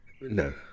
No